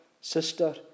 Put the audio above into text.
sister